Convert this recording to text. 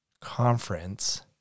conference